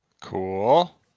Cool